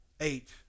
eight